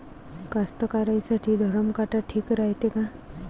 कास्तकाराइसाठी धरम काटा ठीक रायते का?